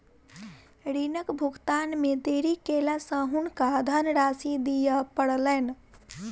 ऋणक भुगतान मे देरी केला सॅ हुनका धनराशि दिअ पड़लैन